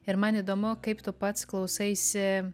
ir man įdomu kaip tu pats klausaisi